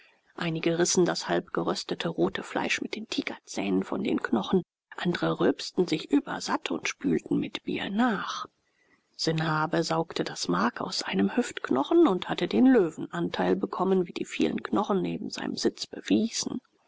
einige rissen das halb geröstete rote fleisch mit den tigerzähnen von den knochen andre rülpsten sich übersatt und spülten mit bier nach sanhabe saugte das mark aus einem hüftknochen und hatte den löwenanteil bekommen wie die vielen knochen neben seinem sitz bewiesen